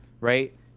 right